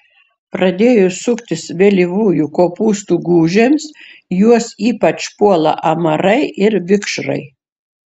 pradėjus suktis vėlyvųjų kopūstų gūžėms juos ypač puola amarai ir vikšrai